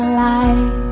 light